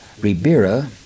Ribera